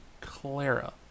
Clara